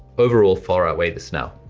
overall far outweigh this now.